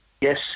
Yes